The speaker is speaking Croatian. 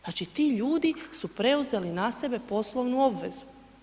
Znači ti ljudi su preuzeli na sebe poslovnu obvezu.